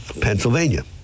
Pennsylvania